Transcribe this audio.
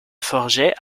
forget